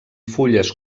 fulles